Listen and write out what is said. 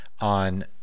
on